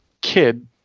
kid